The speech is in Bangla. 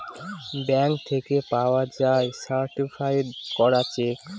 ব্যাঙ্ক থেকে পাওয়া যায় সার্টিফায়েড করা চেক